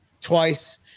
twice